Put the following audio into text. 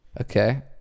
Okay